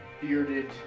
bearded